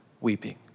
Weeping